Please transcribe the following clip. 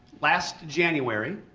last january,